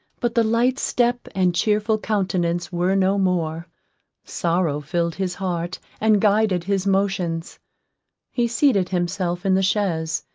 but the light step and cheerful countenance were no more sorrow filled his heart, and guided his motions he seated himself in the chaise,